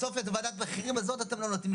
בסוף את ועדת המחירים הזאת אתם לא נותנים,